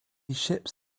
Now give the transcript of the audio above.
ships